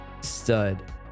stud